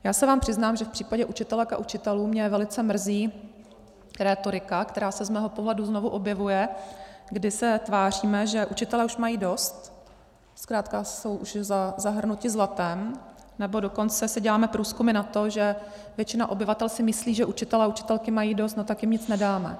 Já se vám přiznám, že v případě učitelek a učitelů mě velice mrzí rétorika, která se z mého pohledu znovu objevuje, kdy se tváříme, že učitelé už mají dost, zkrátka jsou už zahrnuti zlatem, nebo dokonce si děláme průzkumy na to, že většina obyvatel si myslí, že učitelé a učitelky mají dost, no, tak jim nic nedáme.